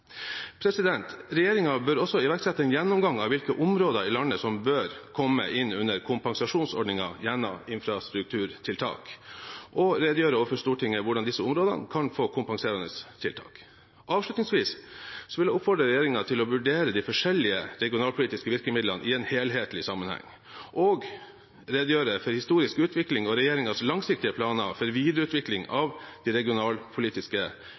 bør også iverksette en gjennomgang av hvilke områder i landet som bør komme inn under kompensasjonsordningen gjennom infrastrukturtiltak, og redegjøre for Stortinget hvordan disse områdene kan få kompenserende tiltak. Avslutningsvis vil jeg oppfordre regjeringen til å vurdere de forskjellige regionalpolitiske virkemidlene i en helhetlig sammenheng og redegjøre for historisk utvikling og regjeringens langsiktige planer for videreutvikling av de regionalpolitiske